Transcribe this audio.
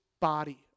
body